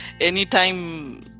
anytime